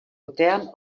urtean